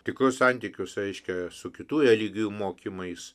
tikrus santykius reiškia su kitų religijų mokymais